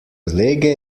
lege